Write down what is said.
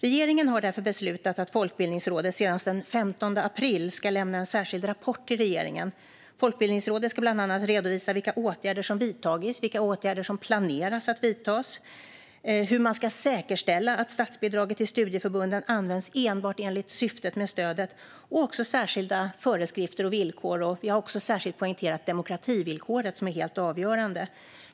Regeringen har därför beslutat att Folkbildningsrådet senast den 15 april ska lämna en särskild rapport till regeringen. Folkbildningsrådet ska bland annat redovisa vilka åtgärder som vidtagits och som planeras att vidtas och hur man ska säkerställa att statsbidraget till studieförbunden används enbart enligt syftet med stödet och också särskilda föreskrifter och villkor. Vi har särskilt poängterat demokrativillkoret, som är helt avgörande.